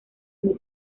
muy